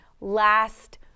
last